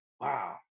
wow